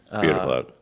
Beautiful